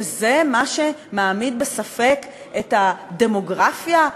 שזה מה שמעמיד בספק את הדמוגרפיה,